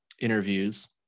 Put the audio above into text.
interviews